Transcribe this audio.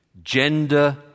Gender